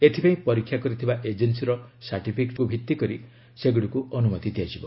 ଏଥିପାଇଁ ପରୀକ୍ଷା କରିଥିବା ଏଜେନ୍ନୀର ସାର୍ଟିଫିକେଟ୍କୁ ଭିଭିକରି ସେଗୁଡ଼ିକୁ ଅନୁମତି ଦିଆଯିବ